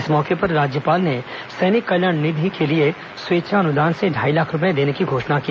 इस अवसर पर राज्यपाल ने सैनिक कल्याण निधि के लिए स्वेच्छा अनुदान से ढाई लाख रूपए देने की घोषणा की